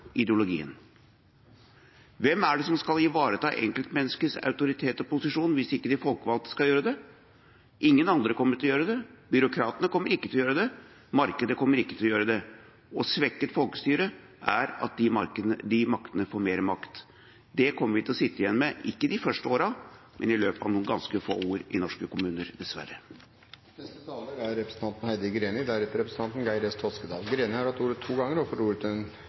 som skal ivareta enkeltmenneskets autoritet og posisjon hvis ikke de folkevalgte skal gjøre det? Ingen andre kommer til å gjøre det. Byråkratene kommer ikke til å gjøre det. Markedet kommer ikke til å gjøre det. Svekket folkestyre er at de maktene får mer makt. Det kommer vi til å sitte igjen med i norske kommuner, dessverre – ikke de første årene, men i løpet av noen ganske få år. Representanten Heidi Greni har hatt ordet to ganger tidligere og får ordet til en